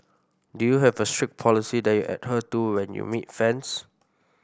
do you have a strict policy that you adhere to when you meet fans